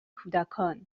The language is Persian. کودکان